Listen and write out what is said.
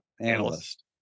analyst